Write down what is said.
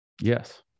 yes